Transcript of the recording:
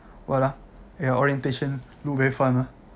what ah their orientation look very fun ah